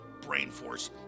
BrainForce